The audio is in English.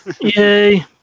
Yay